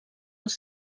els